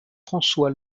françois